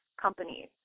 companies